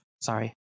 Sorry